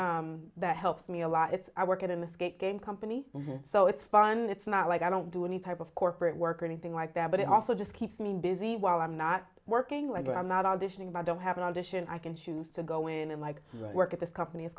job that helps me a lot it's i work at an escape game company so it's fun it's not like i don't do any type of corporate work or anything like that but it also just keeps me busy while i'm not working whether i'm not auditioning but don't have an audition i can choose to go in and like work at this company is